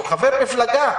הוא חבר מפלגה.